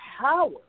power